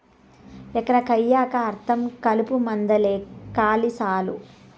ఎకరా కయ్యికా అర్థం కలుపుమందేలే కాలి సాలు